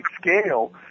scale